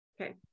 Okay